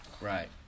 right